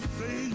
say